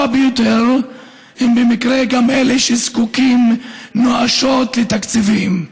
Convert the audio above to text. ביותר הם במקרה גם אלה שזקוקים נואשות לתקציבים.